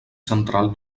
central